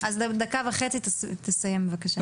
אז דקה וחצי תסיים בבקשה.